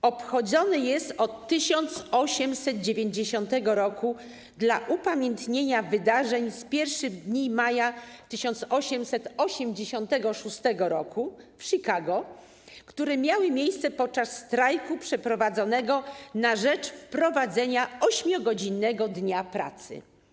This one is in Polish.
To święto obchodzone jest od 1890 r. dla upamiętnienia wydarzeń z pierwszych dni maja 1886 r. w Chicago, które miały miejsce podczas strajku przeprowadzonego na rzecz wprowadzenia 8-godzinnego dnia pracy.